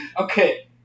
Okay